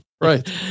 Right